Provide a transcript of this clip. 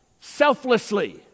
selflessly